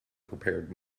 prepared